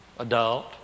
Adult